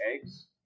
eggs